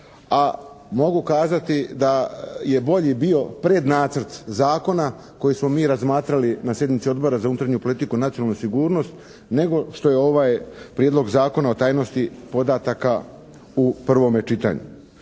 a mogu kazati da je bolji bio prednacrt zakona koji smo mi razmatrali na sjednici Odbora za unutarnju politiku i nacionalnu sigurnost, nego što je ovaj Prijedlog Zakona o tajnosti podataka u prvome čitanju.